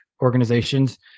organizations